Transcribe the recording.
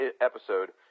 episode